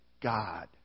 God